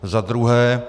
Za druhé.